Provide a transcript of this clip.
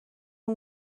اون